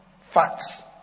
Facts